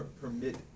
permit